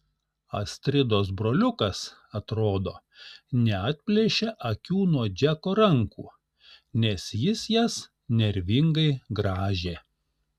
astridos broliukas atrodo neatplėšė akių nuo džeko rankų nes jis jas nervingai grąžė